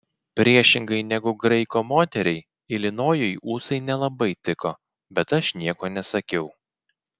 priešingai negu graiko moteriai ilinojui ūsai nelabai tiko bet aš nieko nesakiau